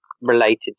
related